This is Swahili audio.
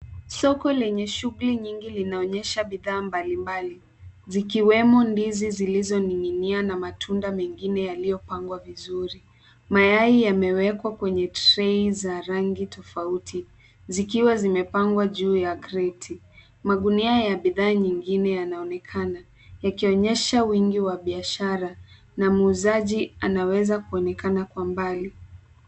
Soko lenye shughuli nyingi linaonyesha bidhaa mbalimbali, zikiwemo ndizi zilizoning'inia na matunda mengine yaliyopangwa vizuri. Mayai yamewekwa kwenye trei za rangi tofauti, zikiwa zimepangwa juu ya kreti. Magunia ya bidhaa nyingine, yanaonekana, yakionyesha wingi wa biashara na muuzaji anaweza kuonekana kwa mbali.